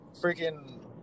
freaking